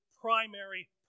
primary